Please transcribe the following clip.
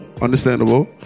understandable